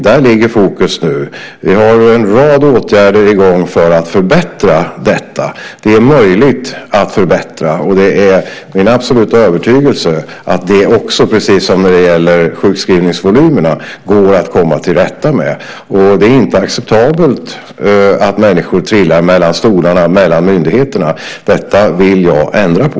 Där ligger nu fokus. Vi har en rad åtgärder i gång för att förbättra detta. Det är möjligt att förbättra, och det är min absoluta övertygelse att det också, precis som när det gäller sjukskrivningsvolymerna, går att komma till rätta med det här. Det är inte acceptabelt att människor trillar mellan stolarna, mellan myndigheterna. Detta vill jag ändra på.